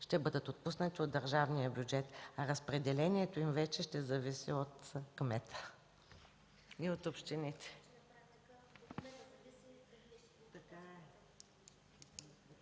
ще бъдат отпуснати от държавния бюджет. Разпределението им вече ще зависи от кметовете и общините.